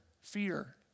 fear